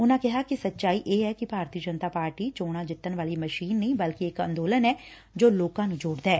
ਉਨੂਂ ਕਿਹਾ ਕਿ ਸਚਾਈ ਇਹ ਐ ਕਿ ਭਾਰਤੀ ਜਨਤਾ ਪਾਰਟੀ ਚੋਣਾਂ ਜਿੱਤਣ ਵਾਲੀ ਮਸ਼ੀਨ ਨਹੀਂ ਬਲਕਿ ਇਕ ਐਂਦੋਲਨ ਐ ਜੋ ਲੋਕਾਂ ਨੂੰ ਜੋੜਦਾ ਐ